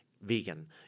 vegan